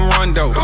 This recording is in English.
Rondo